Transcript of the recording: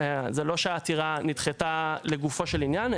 זה לא שהעתירה נדחתה לגופו של עניין,